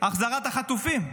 החזרת החטופים.